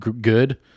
good